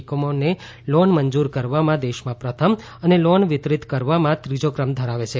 એકમોને લોન મંજૂર કરવામાં દેશમાં પ્રથમ અને લોન વિતરિત કરવામાં ત્રીજો ક્રમ ધરાવે છે